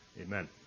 Amen